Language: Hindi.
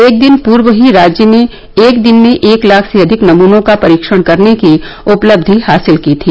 एक दिन पूर्व ही राज्य ने एक दिन में एक लाख से अधिक नमूनों का परीक्षण करने की उपलब्धि हासिल की थी